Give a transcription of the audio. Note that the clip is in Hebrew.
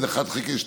וזה 1 חלקי 12,